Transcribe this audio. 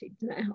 now